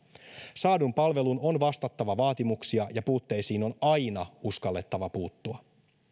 saadun palvelun on vastattava vaatimuksia ja puutteisiin on aina uskallettava puuttua